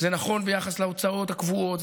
זה נכון ביחס להוצאות הקבועות,